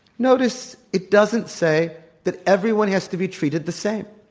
notice it doesn't say that everyone has to be treated the same.